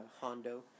Hondo